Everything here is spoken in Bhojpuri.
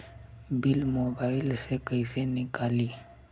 बिल मोबाइल से कईसे निकाली?